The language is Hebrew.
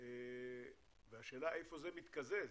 השאלה איפה זה מתקזז?